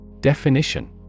Definition